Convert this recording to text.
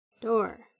door